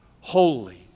holy